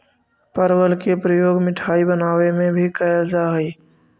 परवल के प्रयोग मिठाई बनावे में भी कैल जा हइ